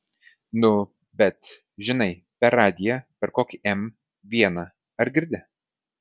nu bet žinai per radiją per kokį m vieną ar girdi